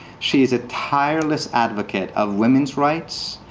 she is a tireless advocate of women's rights,